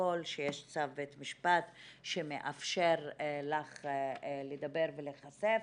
הפרוטוקול שיש צו בית משפט שמאפשר לך לדבר ולהיחשף.